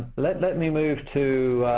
let let me move to